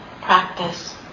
practice